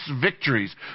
victories